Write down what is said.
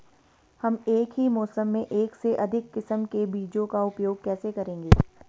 हम एक ही मौसम में एक से अधिक किस्म के बीजों का उपयोग कैसे करेंगे?